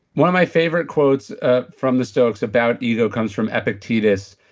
one of my favorite quotes ah from the stoics about ego comes from epictetus,